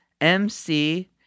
mc